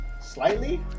slightly